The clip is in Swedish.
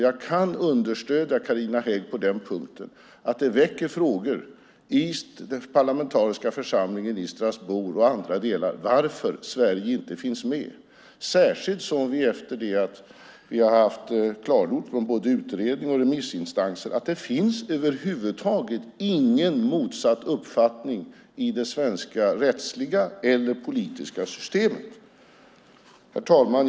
Jag kan understödja Carina Hägg på den punkten att det väcker frågor i den parlamentariska församlingen i Strasbourg och så vidare om varför Sverige inte finns med, särskilt som vi har klargjort från både utredning och remissinstanser att det över huvud taget inte finns någon motsatt uppfattning i det svenska rättsliga eller politiska systemet. Herr talman!